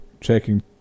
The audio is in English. checking